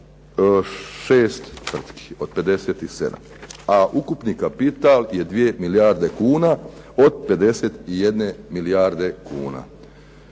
6 tvrtki od 57, a ukupni kapital je 2 milijarde kuna od 51 milijarde kuna.